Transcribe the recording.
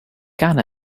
gun